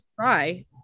try